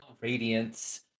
radiance